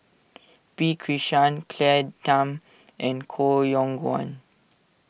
P Krishnan Claire Tham and Koh Yong Guan